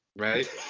right